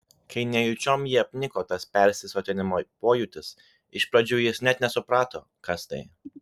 kai nejučiom jį apniko tas persisotinimo pojūtis iš pradžių jis net nesuprato kas tai